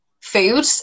food